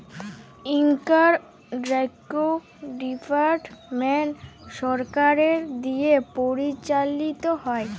income tax department সরকারের দিয়া পরিচালিত হ্যয়